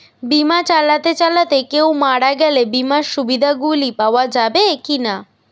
বিমা চালাতে চালাতে কেও মারা গেলে বিমার সুবিধা গুলি পাওয়া যাবে কি না?